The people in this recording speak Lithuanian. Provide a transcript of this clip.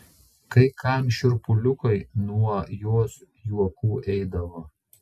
kai kam šiurpuliukai nuo jos juokų eidavo